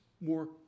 more